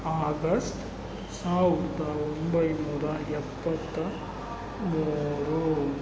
August ಸಾವಿರ್ದ ಒಂಬೈನೂರ ಎಪ್ಪತ್ತಮೂರು